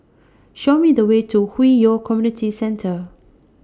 Show Me The Way to Hwi Yoh Community Centre